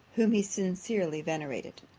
whom he sincerely venerated.